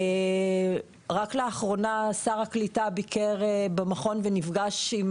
רק לאחרונה שר הקליטה ביקר במכון ונפגש עם